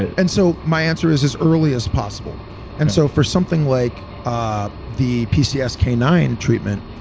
and so my answer is as early as possible and so for something like ah the p c s k nine treatment,